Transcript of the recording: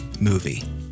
movie